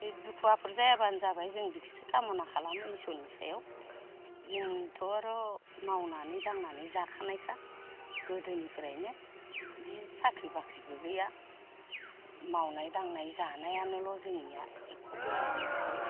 बे दुखु आफोर जायाब्लानो जाबाय जों बिखोसो खामना खालामो इसोरनि सायाव दिनथ'र' मावनानै दांनानै जाखानायखा गोदोनिफ्रायनो दि साख्रि बाख्रिबो गैया मावनाय दांनाय जानायानोल' जोंनिया एख' गैया इनिफ्राय